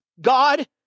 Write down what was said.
God